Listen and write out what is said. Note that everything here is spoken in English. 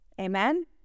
Amen